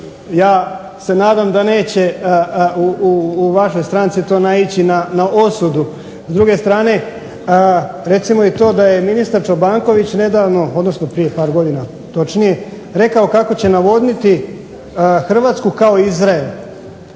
Ja se nadam da neće u vašoj stranci to naići na osudu. S druge strane, recimo i to da je ministar Čobanković nedavno, odnosno prije par godina točnije, rekao kako će navodniti Hrvatsku kao Izrael.